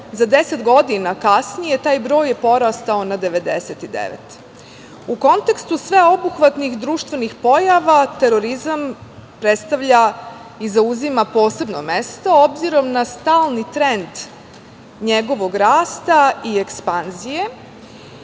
za 10 godina kasnije taj broj je porastao na 99.U kontekstu sveobuhvatnih društvenih pojava terorizam predstavlja i zauzima posebno mesto obzirom na stalni trend njegovog rasta i ekspanzije.